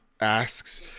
asks